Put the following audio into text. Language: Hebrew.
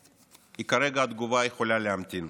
כי כרגע התגובה יכולה להמתין.